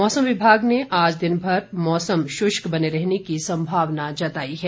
मौसम विभाग ने आज दिनभर मौसम शुष्क बने रहने की संभावना जताई है